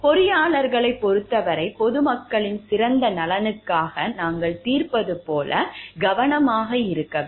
பொறியாளர்களைப் பொறுத்தவரை பொதுமக்களின் சிறந்த நலனுக்காக நாங்கள் தீர்ப்பது போல கவனமாக இருக்க வேண்டும்